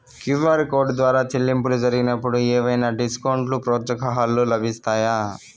QR code ద్వారా చెల్లింపులు జరిగినప్పుడు ఏవైనా డిస్కౌంట్ లు, ప్రోత్సాహకాలు లభిస్తాయా?